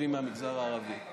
תושבים מהמגזר הערבי.